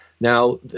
Now